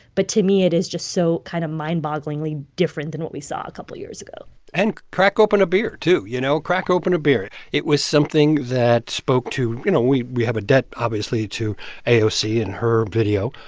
but to me, it is just so kind of mind-bogglingly different than what we saw a couple years ago and crack open a beer, too you know, crack open a beer. it it was something that spoke to you know, we we have a debt obviously to aoc ah and her video.